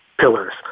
pillars